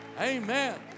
Amen